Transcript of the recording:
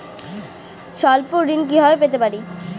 স্বল্প ঋণ কিভাবে পেতে পারি?